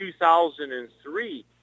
2003